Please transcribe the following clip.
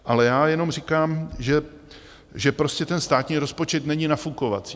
Ale já jenom říkám, že prostě ten státní rozpočet není nafukovací.